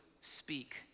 speak